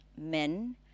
men